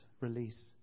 release